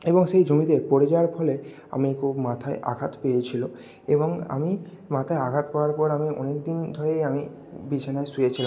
এবং সেই জমিতে পড়ে যাওয়ার ফলে আমি খুব মাথায় আঘাত পেয়েছিল এবং আমি মাথায় আঘাত পাওয়ার পর আমি অনেক দিন ধরেই আমি বিছানায় শুয়েছিলাম